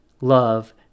love